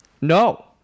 No